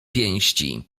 pięści